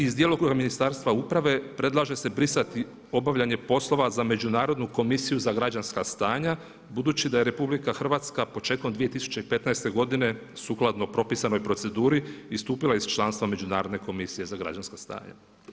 Iz djelokruga Ministarstva uprave, predlaže se brisati obavljanje poslova za Međunarodnu komisiju za građanska stanja, budući da je RH početkom 2015. godine sukladno propisanoj proceduri istupila iz članstva Međunarodne komisije za građanska stanja.